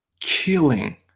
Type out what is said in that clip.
killing